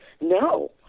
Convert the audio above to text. No